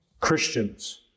Christians